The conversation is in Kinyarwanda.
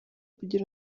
kugira